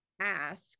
ask